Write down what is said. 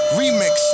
remix